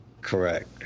Correct